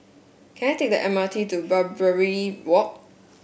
can I take the M R T to Barbary Walk